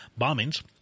bombings